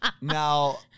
Now